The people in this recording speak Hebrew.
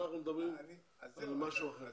אנחנו מדברים על משהו אחר.